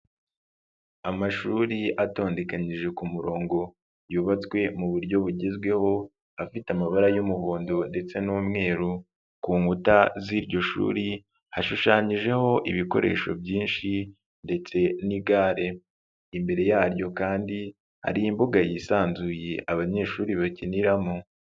Amashuri atondeganyije ku murongo, yubatswe mu buryo bugezweho, afite amabara y'umuhondo ndetse n'umweru, ku nkuta z'iryo shuri hashushanyijeho ibikoresho byinshi ndetse n'igare, imbere yaryo kandi hari imbuga yisanzuye abanyeshuri bakiniramo.